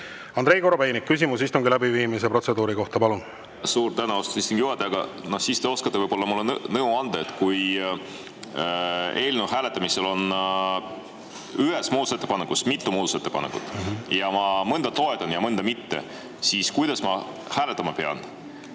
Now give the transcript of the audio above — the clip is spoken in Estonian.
Andrei Korobeinik, küsimus istungi läbiviimise protseduuri kohta, palun! Suur tänu, austatud istungi juhataja! Aga siis te oskate võib-olla mulle nõu anda: kui eelnõu hääletamisel on ühes muudatusettepanekus mitu muudatusettepanekut ja ma mõnda toetan ja mõnda mitte, siis kuidas ma hääletama pean?